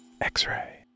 X-ray